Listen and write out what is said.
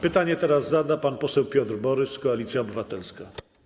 Pytanie teraz zada pan poseł Piotr Borys, Koalicja Obywatelska.